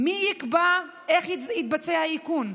מי יקבע איך יתבצע האיכון?